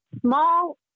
small